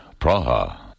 Praha